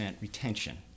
retention